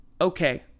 okay